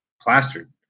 plastered